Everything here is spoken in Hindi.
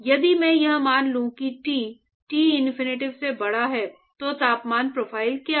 यदि मैं यह मान लूं कि T टिनफिनिटी से बड़ा है तो तापमान प्रोफाइल क्या होगा